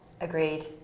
agreed